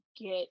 get